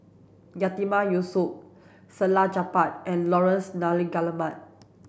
Yatiman Yusof Salleh Japar and Laurence Nunns Guillemard